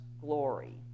glory